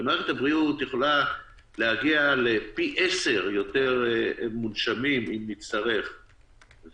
מערכת הבריאות יכולה להגיע לפי עשרה יותר מונשמים אם נצטרך,